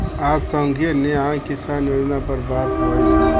आज संघीय न्याय किसान योजना पर बात भईल ह